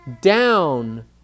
down